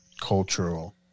cultural